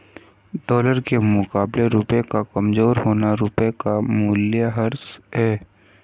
dollar के मुकाबले रुपए का कमज़ोर होना रुपए का मूल्यह्रास है